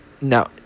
no